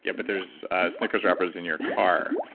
yeah but there's snickers wrappers in your car.